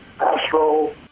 astro